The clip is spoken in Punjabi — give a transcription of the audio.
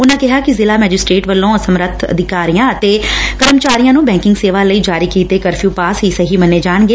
ਉਨਾਂ ਕਿਹਾ ਕਿ ਜ਼ਿਲੁਾ ਮਜਿਸਟਰੇਟ ਵੱਲੋ' ਸਮੱਰਥ ਅਧਿਕਾਰੀਆਂ ਅਤੇ ਕਰਮਚਾਰੀਆਂ ਨੂੰ ਬੈਕਿੰਗ ਸੇਵਾ ਲਈ ਜਾਰੀ ਕੀਤੇ ਕਰਫਿਊ ਪਾਸ ਹੀ ਸਹੀ ਮੰਨੇ ਜਾਣਗੇ